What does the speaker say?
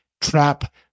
trap